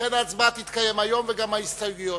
לכן ההצבעה תתקיים היום וגם על ההסתייגויות.